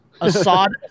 Assad